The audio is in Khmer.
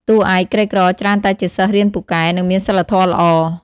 តួឯក ក្រីក្រច្រើនតែជាសិស្សរៀនពូកែ និងមានសីលធម៌ល្អ។